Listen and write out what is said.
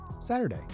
Saturday